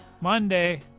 Monday